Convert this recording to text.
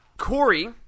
Corey